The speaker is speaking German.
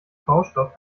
baustoff